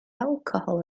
alcohol